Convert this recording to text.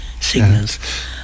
signals